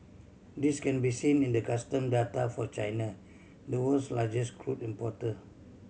this can be seen in the custom data for China the world's largest crude importer